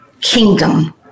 kingdom